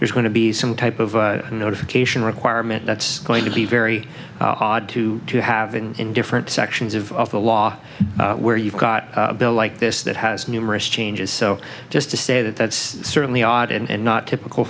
there's going to be some type of notification requirement that's going to be very odd to have been in different sections of the law where you've got a bill like this that has numerous changes so just to say that that's certainly odd and not typical